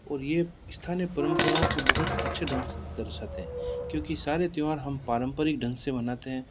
और ये स्थानीय परम्पराओं को बहुत अच्छे ढंग से दर्शाते हैं क्योंकि सारे त्यौहार हम पारम्परिक ढंग से मनाते हैं